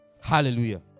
Hallelujah